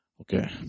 Okay